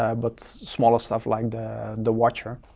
ah but smaller stuff like the watcher.